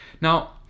Now